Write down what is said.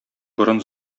борын